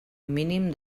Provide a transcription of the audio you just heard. mínim